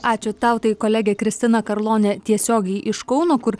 ačiū tau tai kolegė kristina karlonė tiesiogiai iš kauno kur